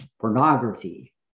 pornography